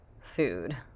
food